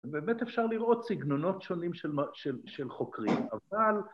ובאמת אפשר לראות סגנונות שונים של חוקרים, אבל...